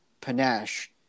panache